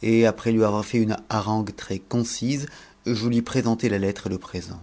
et après ui avoir fait me harangue très concise je lui présentai la lettre et le présent